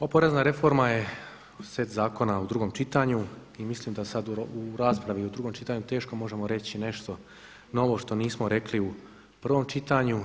Ova porezna reforma je set zakona u drugom čitanju i mislim da sad u raspravi u drugom čitanju teško možemo reći nešto novo što nismo rekli u prvom čitanju.